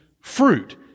fruit